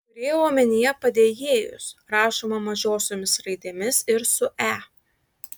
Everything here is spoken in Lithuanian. turėjau omenyje padėjėjus rašoma mažosiomis raidėmis ir su e